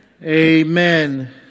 Amen